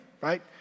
right